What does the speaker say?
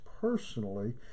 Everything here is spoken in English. personally